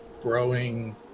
growing